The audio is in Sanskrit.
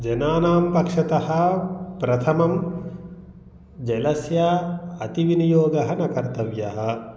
जनानां पक्षतः प्रथमं जलस्य अतिविनियोगः न कर्तव्यः